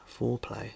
foreplay